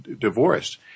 divorced